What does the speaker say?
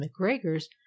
McGregor's